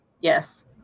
yes